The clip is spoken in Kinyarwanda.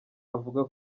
avuga